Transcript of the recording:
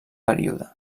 període